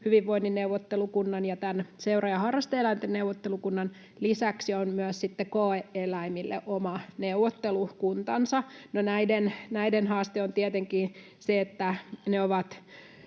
hyvinvoinnin neuvottelukunnan ja tämän seura- ja harrastuseläinten neuvottelukunnan, lisäksi myös sitten koe-eläimille oma neuvottelukuntansa. No, näiden haaste on tietenkin se, että ne ovat